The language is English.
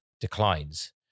declines